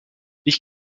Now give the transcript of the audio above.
ich